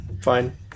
fine